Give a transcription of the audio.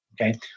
Okay